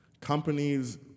companies